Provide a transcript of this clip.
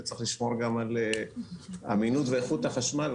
שצריך לשמור גם על אמינות ועל איכות החשמל.